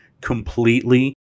completely